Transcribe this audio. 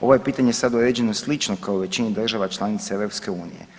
Ovo je pitanje sad uređeno slično kao i u većini država članica EU.